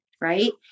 right